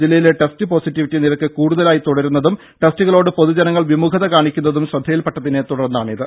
ജില്ലയിലെ test positivity നിരക്ക് കൂടുതലായി തുടരുന്നതും ടെസ്റ്റുകളോട് പൊതുജനങ്ങൾ വിമുഖത കാണിക്കുന്നതും ശ്രദ്ധയിൽപെട്ടതിനെ തുടർന്നാണിത്